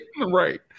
Right